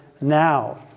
now